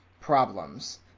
problems